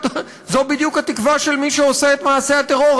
בדיוק התקווה של מי שעושה את מעשי הטרור,